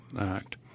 Act